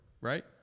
right